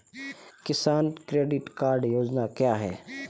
किसान credit card योजना क्या है?